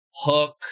Hook